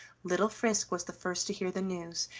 little frisk was the first to hear the news,